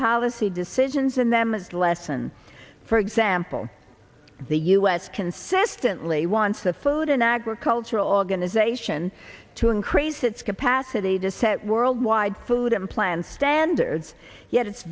policy decisions and them lesson for example the u s consistently wants the food and agricultural organization to increase its capacity to set world wide food and plan standards yet it's